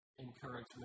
encouragement